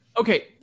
Okay